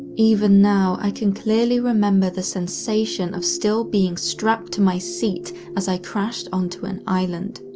even now, i can clearly remember the sensation of still being strapped to my seat as i crashing onto an island.